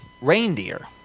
reindeer